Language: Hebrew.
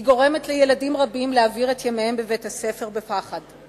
היא גורמת לילדים רבים להעביר את ימיהם בבית-הספר בפחד.